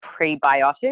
prebiotics